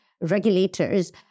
regulators